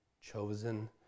chosen